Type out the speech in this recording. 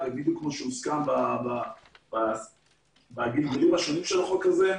ושהוסכם בגלגולים השונים של החוק הזה.